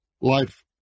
life